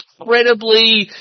incredibly